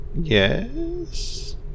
Yes